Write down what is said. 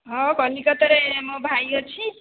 ହଁ କଲିକତା ରେ ମୋର ଭାଇ ଅଛି